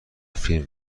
فیلم